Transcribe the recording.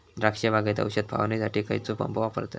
द्राक्ष बागेत औषध फवारणीसाठी खैयचो पंप वापरतत?